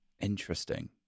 Interesting